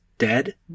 dead